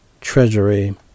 treasury